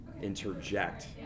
interject